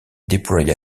déploya